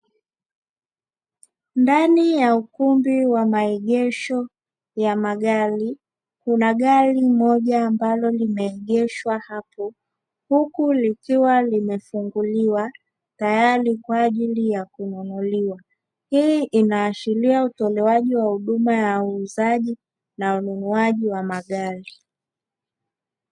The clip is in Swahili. Ndani ya ukumbi wa maegesho ya magari, kuna gari moja ambalo limeegeshwa hapo huku likiwa limefunguliwa tayari kwa ajili ya kununuliwa. Hii inaashiria utolewaji wa huduma ya uuzaji na ununuaji wa magari.